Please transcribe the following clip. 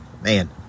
Man